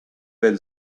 when